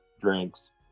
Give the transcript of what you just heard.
drinks